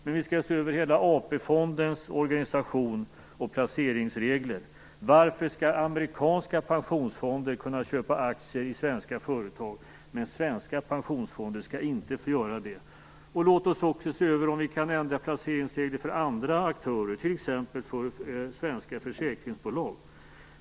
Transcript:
Vi skall också se över hela AP-fondens organisation och placeringsregler. Varför skall amerikanska pensionsfonder kunna köpa aktier i svenska företag, medan svenska pensionsfonder inte skall få göra det? Låt oss också se om vi kan ändra placeringsreglerna för andra aktörer, t.ex. svenska försäkringsbolag.